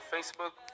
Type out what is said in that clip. Facebook